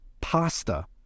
pasta